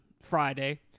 Friday